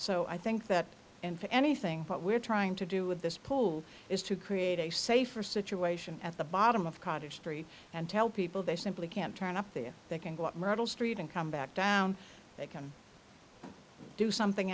so i think that and for anything what we're trying to do with this pull is to create a safer situation at the bottom of cottage three and tell people they simply can't turn up there they can go up myrtle street and come back down they can do something